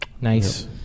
Nice